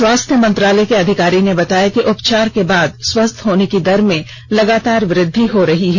स्वास्थ्य मंत्रालय के अधिकारी ने बताया कि उपचार के बाद स्वस्थ होने की दर में लगातार वृद्वि हो रही है